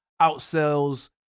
outsells